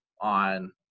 on